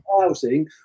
housing